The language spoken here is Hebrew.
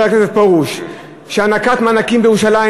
הכנסת פרוש בדבר הענקת מענקים בירושלים,